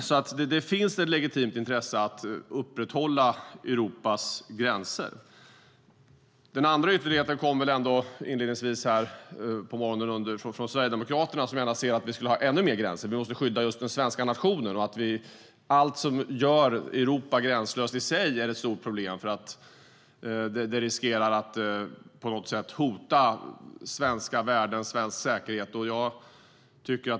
Det finns alltså ett legitimt intresse att upprätthålla Europas gränser. Den andra ytterligheten kom här på morgonen från Sverigedemokraterna som gärna ser att vi skulle ha ännu mer gränser, att vi måste skydda just den svenska nationen och att allt som gör Europa gränslöst i sig är ett stort problem, för det riskerar att på något sätt hota svenska värden och svensk säkerhet.